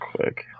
quick